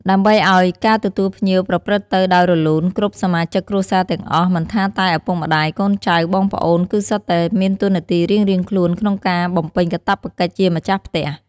ដើម្បីឲ្យការទទួលភ្ញៀវប្រព្រឹត្តទៅដោយរលូនគ្រប់សមាជិកគ្រួសារទាំងអស់ មិនថាតែឪពុកម្ដាយ កូនចៅ បងប្អូន គឺសុទ្ធតែមានតួនាទីរៀងៗខ្លួនក្នុងការបំពេញកាតព្វកិច្ចជាម្ចាស់ផ្ទះ។